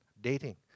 dating